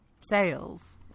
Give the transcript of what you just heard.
sales